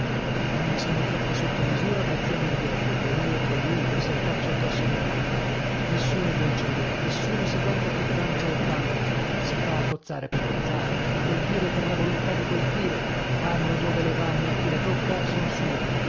quando siamo troppo sotto misura balziamo indietro o io o lui per saltarci addosso da capo nessuno vuol cedere nessuno si guarda più tanto o quanto si fa a cozzare per cozzare a colpire per la voluttà di colpire vanno dove le vanno e chi le tocca son sue